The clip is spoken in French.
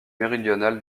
méridional